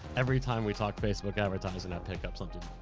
every time we talk facebook advertising i pick up something,